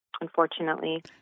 unfortunately